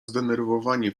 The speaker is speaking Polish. zdenerwowanie